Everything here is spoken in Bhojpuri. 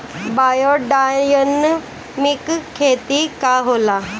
बायोडायनमिक खेती का होला?